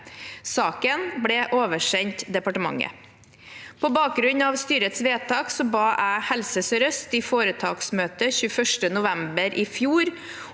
Saken ble oversendt departementet. På bakgrunn av styrets vedtak ba jeg Helse Sør-Øst i foretaksmøte 21. november i fjor